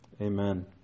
Amen